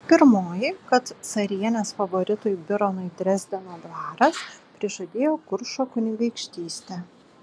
pirmoji kad carienės favoritui bironui dresdeno dvaras prižadėjo kuršo kunigaikštystę